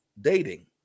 dating